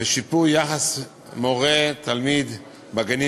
ושיפור יחס מורה תלמידים בגנים